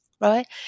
right